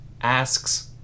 asks